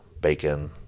bacon